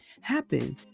happen